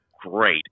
great